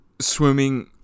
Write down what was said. swimming